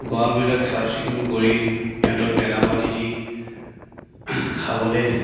গড়ালবিলাক চাফচিকুণ কৰি সিহঁতক দানা পানী দি খাবলৈ